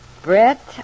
Brett